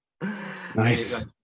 Nice